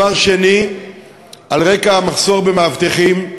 2. על רקע המחסור במאבטחים,